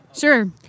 Sure